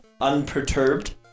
unperturbed